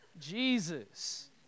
Jesus